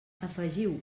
afegiu